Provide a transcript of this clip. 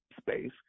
space